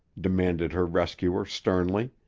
demanded her rescuer sternly.